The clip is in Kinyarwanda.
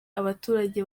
abaturage